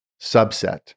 subset